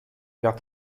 père